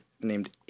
named